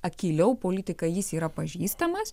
akyliau politiką jis yra pažįstamas